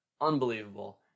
Unbelievable